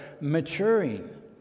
maturing